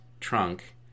trunk